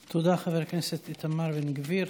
תודה, חבר הכנסת איתמר בן גביר.